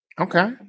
okay